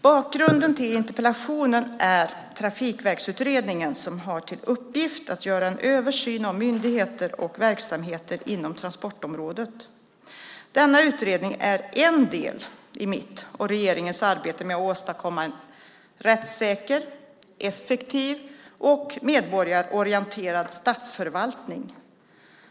Bakgrunden till interpellationen är Trafikverksutredningen som har till uppgift att göra en översyn av myndigheter och verksamheter inom transportområdet. Denna utredning är en del i mitt och regeringens arbete med att åstadkomma en rättssäker, effektiv och medborgarorienterad statsförvaltning.